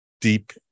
deep